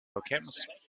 alchemist